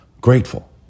grateful